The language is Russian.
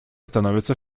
становится